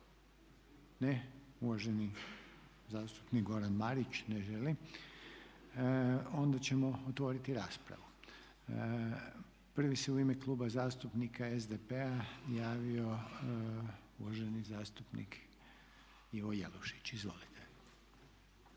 Ne. Uvaženi zastupnik Goran Marić ne želi. Onda ćemo otvoriti raspravu. Prvi se u ime Kluba zastupnika SDP-a javio uvaženi zastupnik Ivo Jelušić. Izvolite.